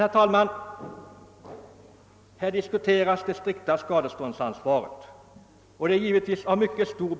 Frågan om det strikta skadeståndsansvaret är naturligtvis mycket viktig.